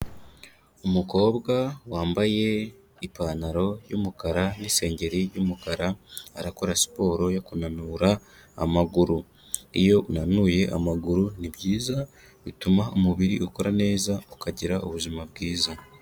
Umukobwa wambaye ipantaro y'umukara n'isengeri y'umukara arakora siporo yo kunanura amaguru. Iyo unanuye amaguru ni byiza. Bituma umubiri ukora neza ukagira ubuzima bwiza.